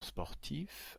sportif